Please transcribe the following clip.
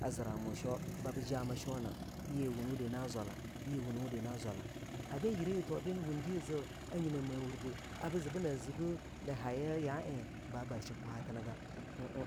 a ziramu sheaw ba bii jama sheai yii wunwudi na zwala yii wunwudi na zwala hagin yire yi thuwa bii wung bii zii a nyina me wurdi a bii zii bina zue na hayi yaeng ba bar shibkwahatinigah em em